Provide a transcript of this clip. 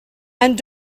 and